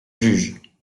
juge